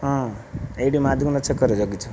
ହଁ ଏଠି ମାଧୁମୁଣ୍ଡା ଛକରେ ଜଗିଛୁ